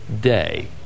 day